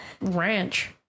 ranch